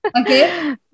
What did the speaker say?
okay